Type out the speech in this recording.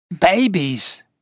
Babies